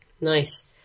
Nice